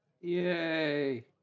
Yay